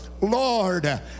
Lord